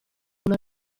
una